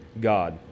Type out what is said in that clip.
God